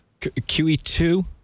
QE2